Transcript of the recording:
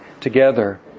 together